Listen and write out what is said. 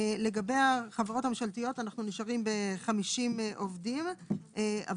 לגבי החברות הממשלתיות אנו נשארים ב-50 עובדים אבל